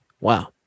Wow